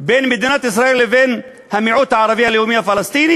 בין מדינת ישראל לבין המיעוט הערבי הלאומי הפלסטיני